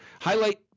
Highlight